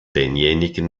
denjenigen